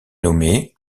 nommé